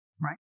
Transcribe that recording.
right